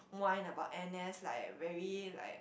whine about N_S like very like